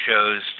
shows